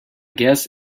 guess